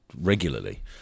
regularly